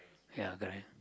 ya correct